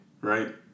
right